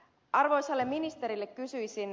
arvoisalta ministeriltä kysyisin